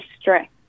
stress